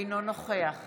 אינו נוכח